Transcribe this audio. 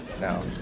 No